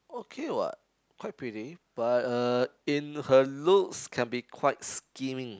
okay what quite pretty but uh in her looks can be quite skinny